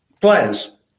players